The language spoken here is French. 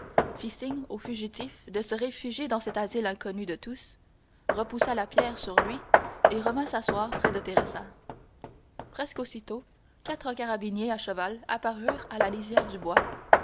fit signe au fugitif de se réfugier dans cet asile inconnu de tous repoussa la pierre sur lui et revint s'asseoir près de teresa presque aussitôt quatre carabiniers à cheval apparurent à la lisière du bois